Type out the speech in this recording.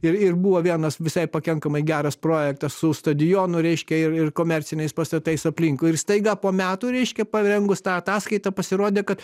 ir ir buvo vienas visai pakankamai geras projektas su stadionu reiškia ir ir komerciniais pastatais aplinkui ir staiga po metų reiškia parengus tą ataskaitą pasirodė kad